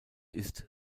ist